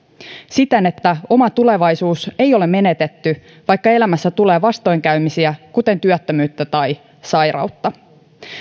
siten että oma tulevaisuus ei ole menetetty vaikka elämässä tulee vastoinkäymisiä kuten työttömyyttä tai sairautta